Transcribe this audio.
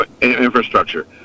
infrastructure